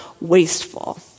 wasteful